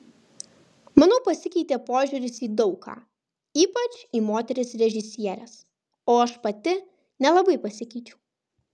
manau pasikeitė požiūris į daug ką ypač į moteris režisieres o aš pati nelabai pasikeičiau